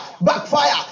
backfire